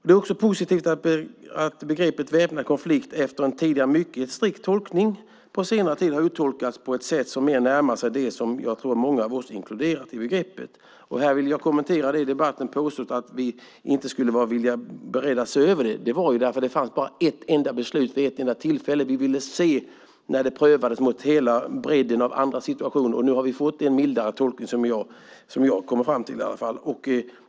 Det är också positivt att begreppet "väpnad konflikt" efter en tidigare mycket strikt tolkning på senare tid har uttolkats på ett sätt som mer närmar sig det som jag tror att många av oss inkluderar i begreppet. Här vill jag kommentera det som påståtts i debatten om att vi inte skulle vara villiga att se över det. Det var ju för att det bara fanns ett enda beslut vid ett enda tillfälle. Vi ville se detta prövat mot hela bredden av andra situationer. Nu har vi fått en mildare tolkning, åtminstone enligt vad jag har kommit fram till.